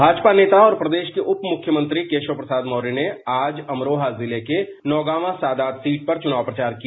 भाजपा नेता और प्रदेश के उपमुख्यमंत्री केशव प्रसाद मौर्य ने आज अमरोहा जिले के नौगांवा सादात सीट पर चुनाव प्रचार किया